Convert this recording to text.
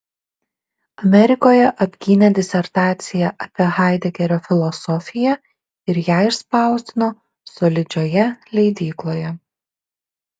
amerikoje apgynė disertaciją apie haidegerio filosofiją ir ją išspausdino solidžioje leidykloje